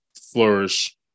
flourish